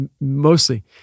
mostly